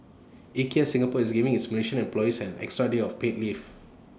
Ikea Singapore is giving its Malaysian employees an extra day of paid leave